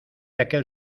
aquel